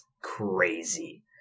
crazy